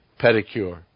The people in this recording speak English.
pedicure